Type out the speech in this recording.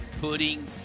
putting